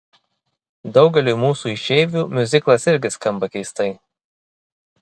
daugeliui mūsų išeivių miuziklas irgi skamba keistai